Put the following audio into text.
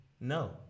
No